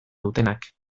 dutenak